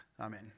Amen